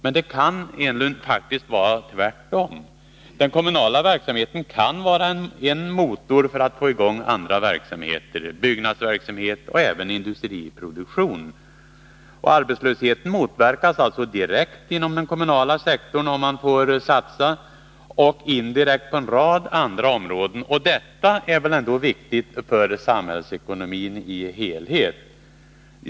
Men det kan faktiskt, Eric Enlund, vara tvärtom. Den kommunala verksamheten kan vara en motor för att få i gång andra verksamheter, t.ex. byggnadsverksamhet och även industriproduktion. Arbetslösheten motverkas alltså direkt inom den kommunala sektorn om kommunerna får resurser att satsa, och indirekt på en rad andra områden. Och detta är väl viktigt för samhällsekonomin i sin helhet.